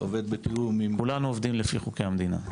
עובד בתיאום עם --- כולנו עובדים לפי חוקי המדינה.